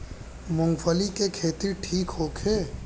मूँगफली के खेती ठीक होखे?